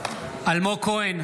נגד אלמוג כהן,